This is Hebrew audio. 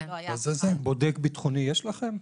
בודק ביטחוני יש לכם?